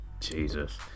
Jesus